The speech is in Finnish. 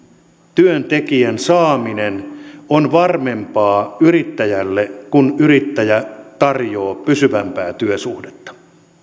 työntekijän saaminen on varmempaa yrittäjälle kun yrittäjä tarjoaa pysyvämpää työsuhdetta